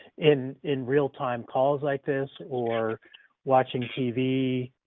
in in real-time calls like this, or watching tv,